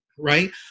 right